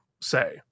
say